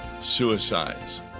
suicides